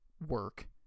work